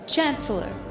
Chancellor